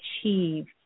achieve